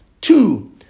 two